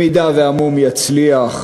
אם המשא-ומתן יצליח,